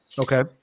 Okay